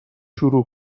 شروع